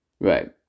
Right